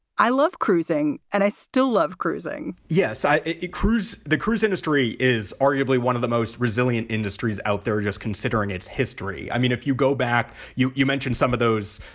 i love cruising and i still love cruising yes, i cruise. the cruise industry is arguably one of the most resilient industries out there just considering its history. i mean, if you go back you you mentioned some of those